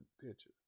picture